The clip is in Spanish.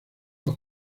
los